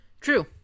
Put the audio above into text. True